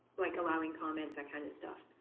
like allowing comments, that kind of stuff.